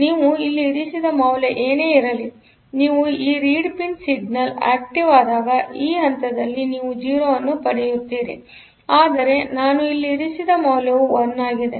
ಆದ್ದರಿಂದನೀವು ಇಲ್ಲಿ ಇರಿಸಿದ ಮೌಲ್ಯಏನೇ ಇರಲಿನೀವು ಈ ರೀಡ್ ಪಿನ್ ಸಿಗ್ನಲ್ ಆಕ್ಟಿವ್ ಆದಾಗ ಈ ಹಂತದಲ್ಲಿ ನೀವು 0 ಅನ್ನು ಪಡೆಯುತ್ತೀರಿ ಆದರೆ ನಾನು ಅಲ್ಲಿ ಇರಿಸಿದ ಮೌಲ್ಯವು 1 ಆಗಿದೆ